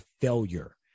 failure